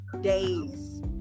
days